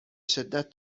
شدت